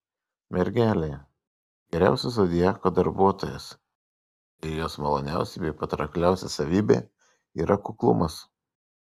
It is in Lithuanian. mergelė geriausias zodiako darbuotojas ir jos maloniausia bei patraukliausia savybė yra kuklumas